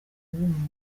bw’umuntu